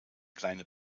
kleine